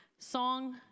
Song